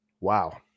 Wow